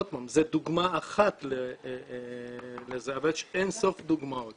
עוד פעם, דוגמה אחת לזה, אבל יש אינסוף דוגמאות.